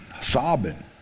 sobbing